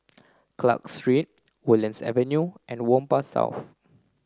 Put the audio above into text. Clarke Street Woodlands Avenue and Whampoa South